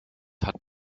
hat